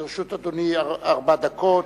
לרשות אדוני ארבע דקות,